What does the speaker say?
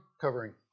covering